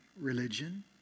religion